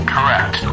Correct